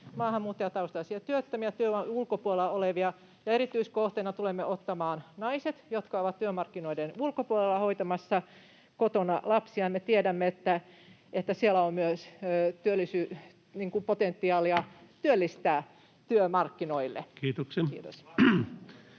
maahanmuuttajataustaisia työttömiä, työvoiman ulkopuolella olevia, ja erityiskohteena tulemme ottamaan naiset, jotka ovat työmarkkinoiden ulkopuolella hoitamassa kotona lapsiaan. Me tiedämme, että siellä on myös potentiaalia työllistyä työmarkkinoille. [Kai